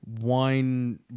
wine